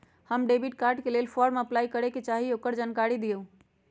हम debit card के लेल फॉर्म अपलाई करे के चाहीं ल ओकर जानकारी दीउ?